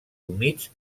humits